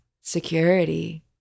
security